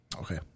Okay